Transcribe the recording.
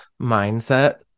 mindset